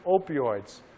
opioids